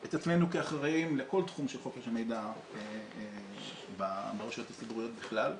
את עצמנו כאחראים לכל תחום של חופש מידע ברשויות הציבוריות בכלל.